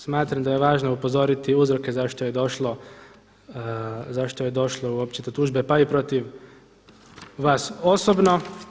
Smatram da je važno upozoriti uzroke zašto je došlo uopće do tužbe pa i protiv vas osobno.